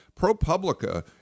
ProPublica